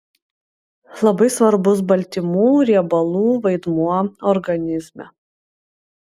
labai svarbus baltymų riebalų vaidmuo organizme